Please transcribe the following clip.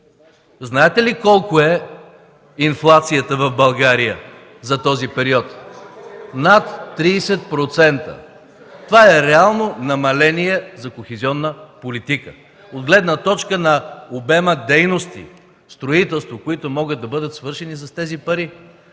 Знаете ли колко е инфлацията в България за този период – над 30%. Това е реално намаление за кохезионна политика от гледна точка на обема дейности, строителство, които могат да бъдат свършени с тези пари.